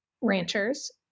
ranchers